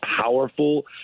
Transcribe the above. powerful